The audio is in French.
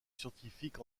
scientifique